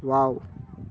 wow